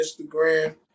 Instagram